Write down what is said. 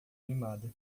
animada